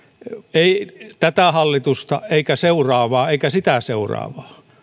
ei tätä hallitusta eikä seuraavaa eikä sitä seuraavaa